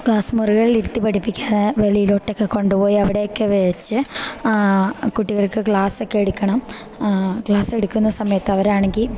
class മുറികളിലിര്ത്തി പഠിപ്പിക്ക്യാ വെളീലൊട്ടൊക്കെ കൊണ്ട്പോയി അവടെയൊക്കെ വെച്ച് കുട്ടികൾക്ക് ക്ലാസ്സെക്കെയെട്ക്കണം ക്ലാസ്സെട്ക്ക്ന്ന സമയത്തവരാണെങ്കി